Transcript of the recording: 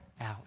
out